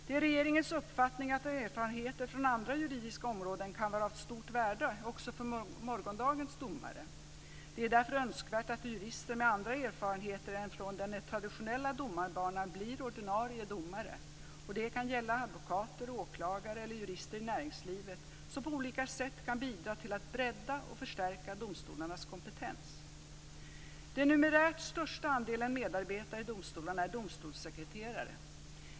Det är regeringens uppfattning att erfarenheter från andra juridiska områden kan vara av stort värde också för morgondagens domare. Det är därför önskvärt att jurister med andra erfarenheter än från den mer traditionella domarbanan blir ordinarie domare. Det kan gälla advokater, åklagare eller jurister i näringslivet som på olika sätt kan bidra till att bredda och förstärka domstolarnas kompetens. Den numerärt största andelen medarbetare i domstolarna är domstolssekreterare.